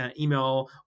email